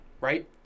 Right